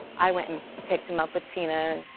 i went and picked him up with tina.